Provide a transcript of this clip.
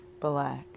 black